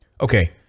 Okay